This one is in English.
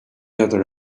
other